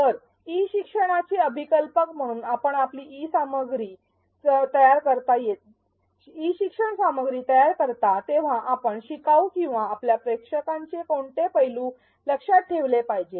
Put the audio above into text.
तर ई शिक्षणाचे अभिकल्पक म्हणून आपण आपली ई शिक्षण सामग्री तयार करता तेव्हा आपण शिकाऊ किंवा आपल्या प्रेक्षकांचे कोणते पैलू लक्षात ठेवले पाहिजे